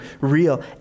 real